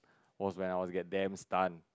was when I was get damn stun